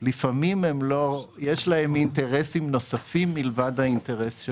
לפעמים יש להם אינטרסים נוספים מלבד האינטרס שלך.